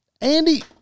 Andy